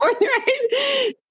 right